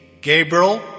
Gabriel